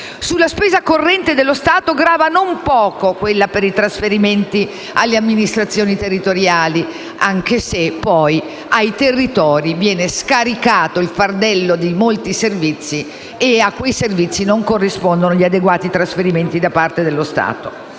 Sulla spesa corrente dello Stato grava non poco quella per i trasferimenti alle amministrazioni territoriali, anche se, poi, ai territori viene scaricato il fardello di molti servizi e, a quei servizi, non corrispondono gli adeguati trasferimenti da parte dello Stato.